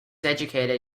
educated